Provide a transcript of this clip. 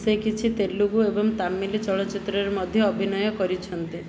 ସେ କିଛି ତେଲୁଗୁ ଏବଂ ତାମିଲ ଚଳଚ୍ଚିତ୍ରରେ ମଧ୍ୟ ଅଭିନୟ କରିଛନ୍ତି